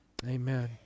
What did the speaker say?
Amen